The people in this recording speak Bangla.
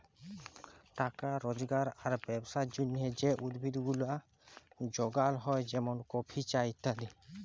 টাকা রজগার আর ব্যবসার জলহে যে উদ্ভিদ গুলা যগাল হ্যয় যেমন কফি, চা ইত্যাদি